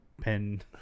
pen